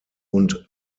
und